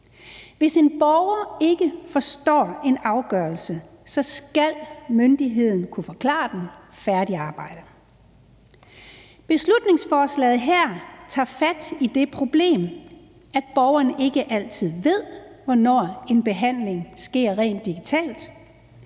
Hvis en borger ikke forstår en afgørelse, skal myndigheden kunne forklare den, færdigt arbejde. Beslutningsforslaget her tager fat i det problem, at borgerne ikke altid ved, hvornår en behandling sker rent digitalt,